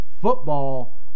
football